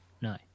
No